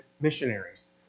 missionaries